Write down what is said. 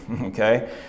okay